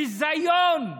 ביזיון.